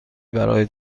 برای